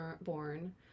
born